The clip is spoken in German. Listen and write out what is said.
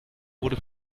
wurde